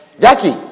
Jackie